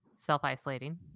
self-isolating